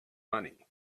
money